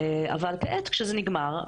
אבל כעת כשזה נגמר,